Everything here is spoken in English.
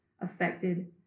affected